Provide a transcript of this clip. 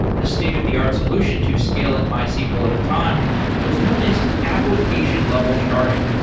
the state of the art solution to scaling mysql at the time was known as application level sharding.